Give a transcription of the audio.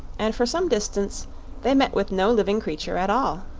and for some distance they met with no living creature at all.